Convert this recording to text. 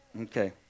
Okay